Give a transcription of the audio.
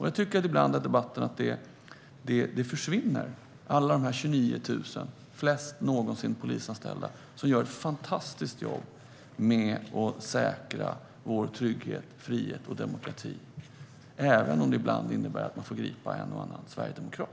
Jag tycker att det ibland försvinner i debatten att alla dessa 29 000 - flest polisanställda någonsin - gör ett fantastiskt jobb med att säkra vår trygghet, frihet och demokrati, även om det ibland innebär att de får gripa en och annan sverigedemokrat.